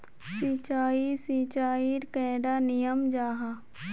सिंचाई सिंचाईर कैडा नियम जाहा?